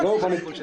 נכון.